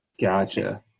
gotcha